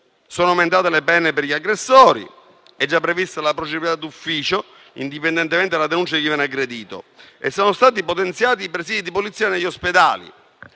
Sono aumentate le pene per gli aggressori, è già prevista la procedibilità d'ufficio indipendentemente dalla denuncia di chi viene aggredito e sono stati potenziati i presìdi di polizia negli ospedali.